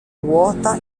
ruota